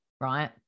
right